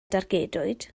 dargedwyd